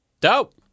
Dope